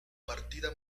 partida